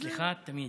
אצלך תמיד.